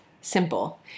simple